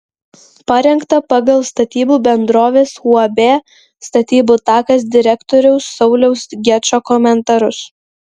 parengta pagal statybų bendrovės uab statybų takas direktoriaus sauliaus gečo komentarus